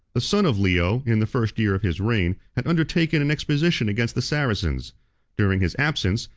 the son of leo, in the first year of his reign, had undertaken an expedition against the saracens during his absence,